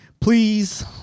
please